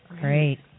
Great